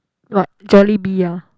what Jollibee ah